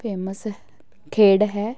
famous ਖੇਡ ਹੈ